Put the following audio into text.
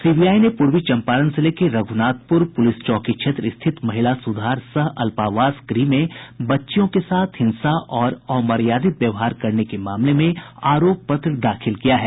CBI ने पूर्वी चम्पारण जिले के रघुनाथपुर पुलिस चौकी क्षेत्र स्थित महिला सुधार सह अल्पावास गृह में बच्चियों के साथ हिंसा और अमर्यादित व्यवहार करने के मामले में आरोप पत्र दाखिल किया है